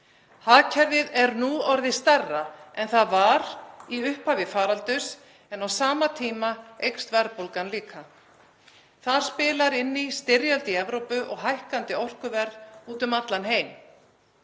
Hagkerfið er nú orðið stærra en það var í upphafi faraldurs en á sama tíma eykst verðbólgan líka. Þar spilar inn í styrjöld í Evrópu og hækkandi orkuverð úti um allan heim.